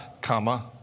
comma